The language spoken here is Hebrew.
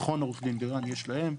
נכון עו"ד בירן, יש להם.